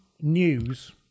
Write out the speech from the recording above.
news